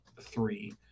three